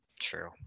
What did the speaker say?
True